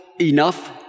enough